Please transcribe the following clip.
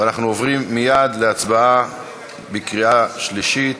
אנחנו עוברים מייד להצבעה בקריאה שלישית.